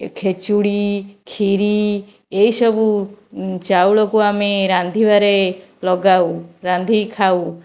ଏ ଖେଚୁଡ଼ି ଖିରି ଏହିସବୁ ଚାଉଳକୁ ଆମେ ରାନ୍ଧିବାରେ ଲଗାଉ ରାନ୍ଧିକି ଖାଉ